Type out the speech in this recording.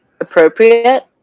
appropriate